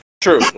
True